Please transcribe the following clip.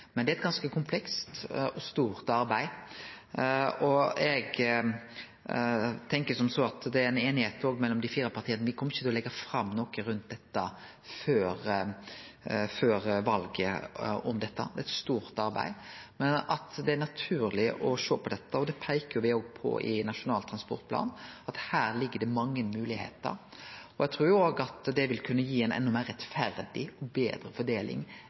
Men det er eit ganske komplekst og stort arbeid, og eg tenkjer som så at det er ei einigheit mellom dei fire partia om at me ikkje kjem til å leggje fram noko rundt dette før valet. Det er eit stort arbeid. Men det er naturleg å sjå på dette, og det peiker me òg på i Nasjonal transportplan, at her ligg det mange moglegheiter. Eg trur òg at det vil kunne gi ei enda meir rettferdig og betre fordeling